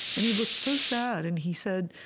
and he looked so sad. and he said,